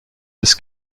des